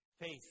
Faith